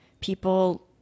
people